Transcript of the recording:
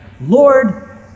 Lord